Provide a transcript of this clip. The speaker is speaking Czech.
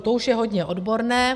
To už je hodně odborné.